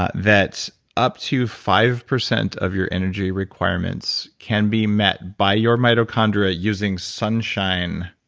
ah that up to five percent of your energy requirements can be met by your mitochondria using sunshine,